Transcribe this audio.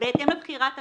בהתאם לבחירת המשלם.